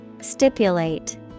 Stipulate